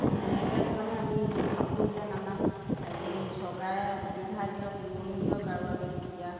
তেনেকৈ ধৰণে আমি ভাবোঁ যেন আমাক লোন চৰকাৰে সুবিধা দিয়ক লোন দিয়ক আৰু আমি তেতিয়া